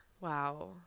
wow